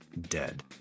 dead